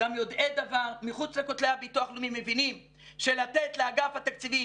גם יודעי דבר מחוץ לכותלי הביטוח הלאומי מבינים שלתת לאגף התקציבים